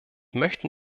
möchten